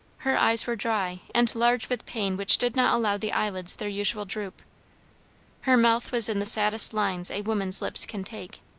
her eyes were dry, and large with pain which did not allow the eyelids their usual droop her mouth was in the saddest lines a woman's lips can take,